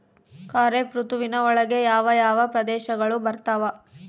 ಖಾರೇಫ್ ಋತುವಿನ ಒಳಗೆ ಯಾವ ಯಾವ ಪ್ರದೇಶಗಳು ಬರ್ತಾವ?